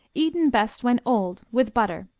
eaten best when old, with butter,